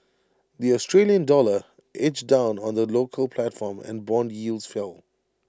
the Australian dollar edged down on the local platform and Bond yields fell